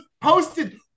posted